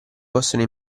possono